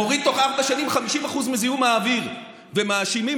מוריד תוך ארבע שנים 50% מזיהום האוויר ומאשימים